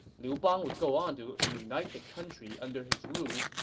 liu bang would go on to unite the country under his rule,